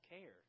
care